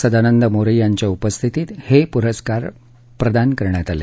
सदानंद मोरे यांच्या उपस्थितीत हे पुरस्कार प्रदान करण्यात आले